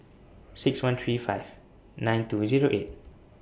six one three five nine two Zero eight